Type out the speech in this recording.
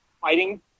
fighting